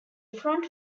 front